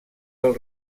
del